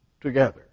together